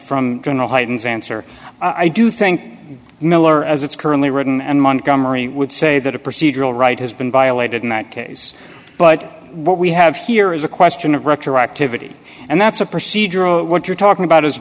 from general hayden's answer i do think miller as it's currently written and montgomery would say that a procedural right has been violated in that case but what we have here is a question of retroactivity and that's a procedural what you're talking about is